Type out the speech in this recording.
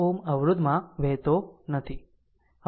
5 Ω અવરોધ માં વહેતો નથી